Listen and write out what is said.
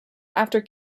after